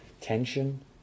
Tension